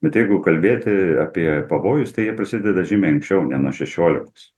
bet jeigu kalbėti apie pavojus tai jie prasideda žymiai anksčiau ne nuo šešiolikos